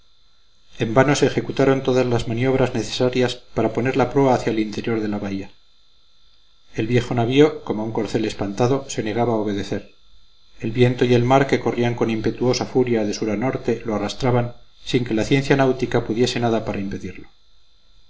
se ejecutaron todas las maniobras necesarias para poner la proa hacia el interior de la bahía el viejo navío como un corcel espantado se negaba a obedecer el viento y el mar que corrían con impetuosa furia de sur a norte lo arrastraban sin que la ciencia náutica pudiese nada para impedirlo